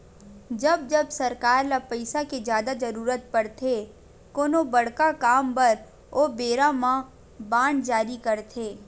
जब जब सरकार ल पइसा के जादा जरुरत पड़थे कोनो बड़का काम बर ओ बेरा म बांड जारी करथे